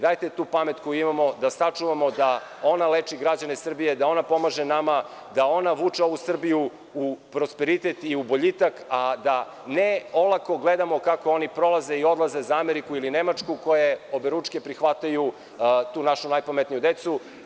Dajte tu pamet koju imamo da sačuvamo, da ona leči građane Srbije, da ona pomaže nama, da ona vuče ovu Srbiju u prosperitet i u boljitak, a ne da olako gledamo kako oni prolaze i odlaze za Ameriku ili Nemačku koje oberučke prihvataju tu našu najpametniju decu.